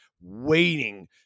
waiting